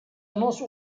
annonce